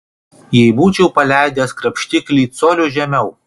jei būčiau paleidęs krapštiklį coliu žemiau